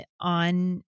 On